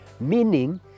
Meaning